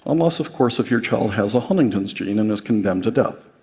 unless, of course, if your child has a huntington's gene and is condemned to death.